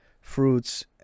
fruits